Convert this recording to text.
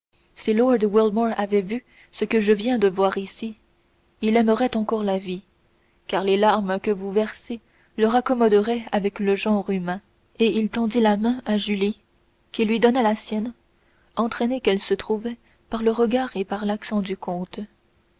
si lord wilmore avait vu ce que je viens de voir ici il aimerait encore la vie car les larmes que vous versez le raccommoderaient avec le genre humain et il tendit la main à julie qui lui donna la sienne entraînée qu'elle se trouvait par le regard et par l'accent du comte